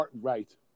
Right